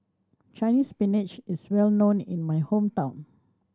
Chinese Spinach is well known in my hometown